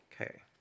Okay